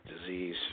disease